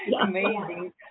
Amazing